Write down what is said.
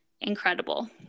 incredible